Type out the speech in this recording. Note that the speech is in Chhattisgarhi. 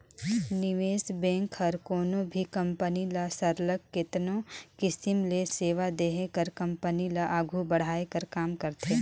निवेस बेंक हर कोनो भी कंपनी ल सरलग केतनो किसिम ले सेवा देहे कर कंपनी ल आघु बढ़ाए कर काम करथे